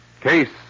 Case